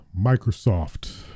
Microsoft